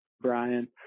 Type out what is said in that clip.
Brian